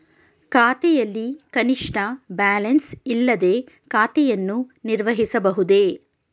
ಖಾತೆಯಲ್ಲಿ ಕನಿಷ್ಠ ಬ್ಯಾಲೆನ್ಸ್ ಇಲ್ಲದೆ ಖಾತೆಯನ್ನು ನಿರ್ವಹಿಸಬಹುದೇ?